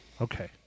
Okay